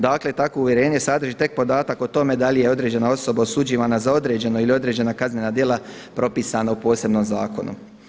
Dakle, takvo uvjerenje sadrži tek podatak o tome da li je određena osoba osuđivana za određeno ili određena kaznena djela propisana u posebnom zakonu.